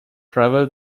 travel